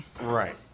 Right